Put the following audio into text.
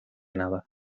nada